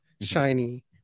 shiny